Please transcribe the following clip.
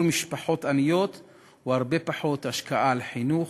משפחות עניות הוא הרבה פחות השקעה על חינוך,